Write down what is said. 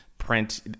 print